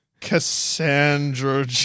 Cassandra